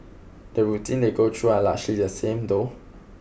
the routines they go through are largely the same though